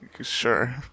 Sure